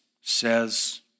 says